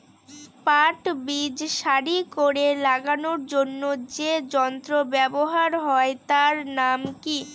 পাট বীজ সারি করে লাগানোর জন্য যে যন্ত্র ব্যবহার হয় তার নাম কি?